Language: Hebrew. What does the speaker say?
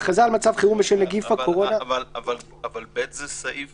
אבל (ב) זה סעיף